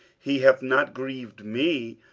he hath not grieved me,